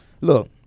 Look